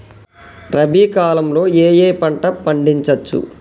రబీ కాలంలో ఏ ఏ పంట పండించచ్చు?